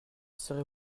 serez